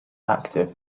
active